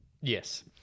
Yes